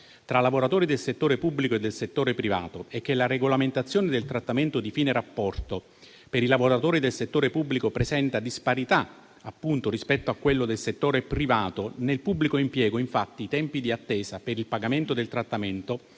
tra lavoratori del settore pubblico e del settore privato e che la regolamentazione del trattamento di fine rapporto per i lavoratori del settore pubblico presenta disparità appunto rispetto a quello del settore privato. Nel pubblico impiego, infatti, i tempi di attesa per il pagamento del trattamento